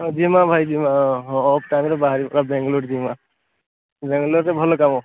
ହଁ ଜିମା ଭାଇ ଜିମା ହଁ ଟାଇମ୍ରେ ବାହାରିମା ବାଙ୍ଗଲୋର ଜିମା ବାଙ୍ଗଲୋରରେ ଭଲ କାମ